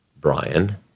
Brian